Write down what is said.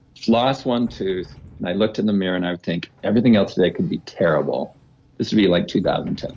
floss one tooth, and i looked in the mirror and i would think everything else today could be terrible this would be like two thousand and ten.